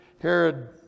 Herod